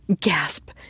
gasp